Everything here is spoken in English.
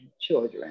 children